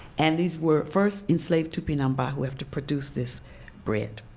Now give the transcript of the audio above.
and these were first enslaved tupinamba, who have to produce this bread.